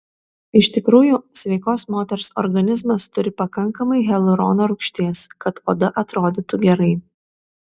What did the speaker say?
iš tikrųjų sveikos moters organizmas turi pakankamai hialurono rūgšties kad oda atrodytų gerai